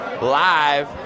Live